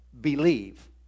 believe